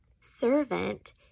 servant